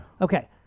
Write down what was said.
Okay